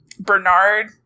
Bernard